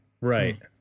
Right